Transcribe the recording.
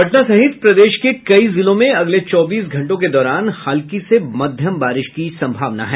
पटना सहित प्रदेश के कई जिलों में अगले चौबीस घंटों के दौरान हल्की से मध्यम बारिश की सम्भावना है